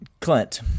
Clint